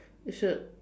you should